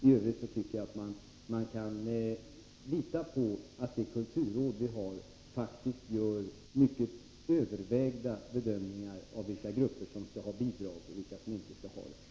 I övrigt tycker jag att man kan lita på att det kulturråd som vi har faktiskt gör mycket övervägda bedömningar av vilka grupper som skall ha bidrag och vilka som inte skall ha det.